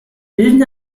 bilden